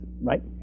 right